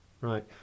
right